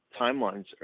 timelines